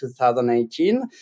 2018